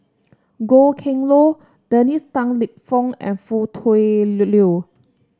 Goh Kheng Long Dennis Tan Lip Fong and Foo Tui Liew